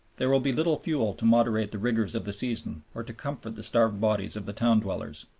there will be little fuel to moderate the rigors of the season or to comfort the starved bodies of the town-dwellers.